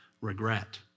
regret